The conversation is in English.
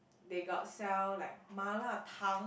they got sell like 麻辣汤